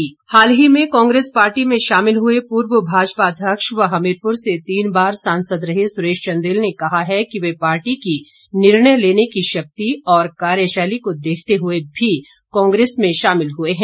सुरेश चन्देल हाल ही में कांग्रेस पार्टी में शामिल हुए पूर्व भाजपा अध्यक्ष व हमीरपुर से तीन बार सांसद रहे सुरेश चन्देल ने कहा है कि वे पार्टी की निर्णय लेने की क्षमता और कार्यशैली को देखते हुए भी कांग्रेस में शामिल हुए हैं